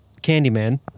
Candyman